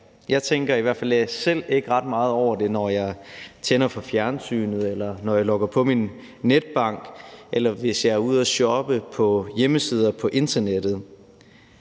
Jeg tænker i hvert fald selv ikke ret meget over det, når jeg tænder for fjernsynet, eller når jeg logger på min netbank, eller hvis jeg er ude at shoppe på hjemmesider på internettet.